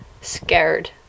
scared